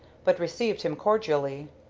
but received him cordially.